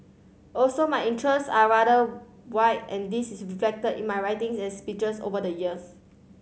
also my interests are rather wide and this is reflected in my writings and speeches over the years